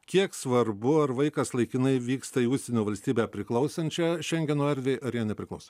kiek svarbu ar vaikas laikinai vyksta į užsienio valstybę priklausančią šengeno erdvei ar jai nepriklauso